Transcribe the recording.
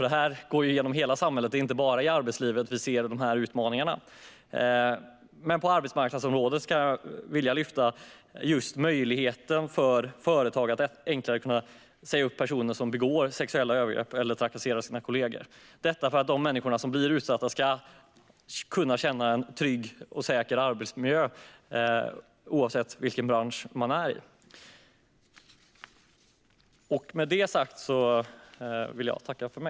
Det här förekommer ju i hela samhället, så det är inte bara i arbetslivet som vi ser de här problemen. Men på arbetsmarknadsområdet vill jag lyfta fram möjligheten för företag att enklare säga upp personer som begår sexuella övergrepp eller trakasserar sina kollegor - detta för att de som blivit utsatta ska kunna känna sig trygga och säkra i sin arbetsmiljö, oavsett vilken bransch de arbetar i.